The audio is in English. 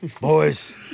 boys